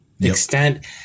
extent